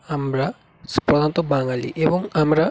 আমরা প্রধানত বাঙালি এবং আমরা